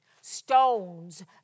stones